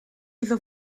iddo